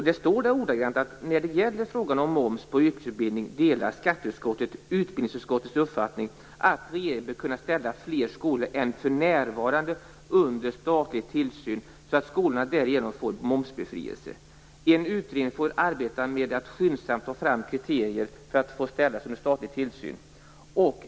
Där står ordagrant: "När det gäller frågan om moms på yrkesutbildning delar skatteutskottet utbildningsutskottets uppfattning att regeringen bör kunna ställa fler skolor än för närvarande under statlig tillsyn så att skolorna därigenom får momsbefrielse. En utredning får arbeta med att skyndsamt ta fram kriterier för att få ställas under statlig tillsyn.